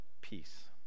Peace